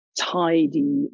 tidy